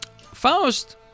Faust